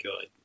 good